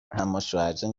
اماشوهرجان